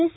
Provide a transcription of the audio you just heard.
S